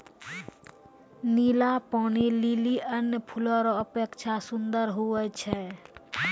नीला पानी लीली अन्य फूल रो अपेक्षा सुन्दर हुवै छै